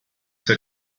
zur